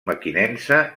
mequinensa